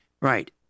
Right